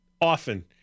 often